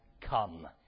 come